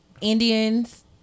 Indians